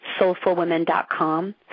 soulfulwomen.com